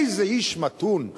איזה איש מתון,